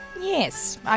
Yes